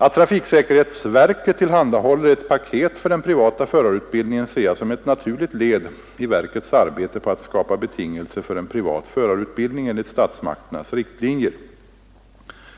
Att trafiksäkerhetsverket tillhandahåller ett ”paket” för den privata förarutbildningen ser jag som ett naturligt led i verkets arbete på att skapa betingelser för en privat förarutbildning enligt statsmakternas riktlinjer.